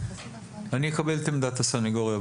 במקרה הזה אני אקבל את עמדת הסניגוריה.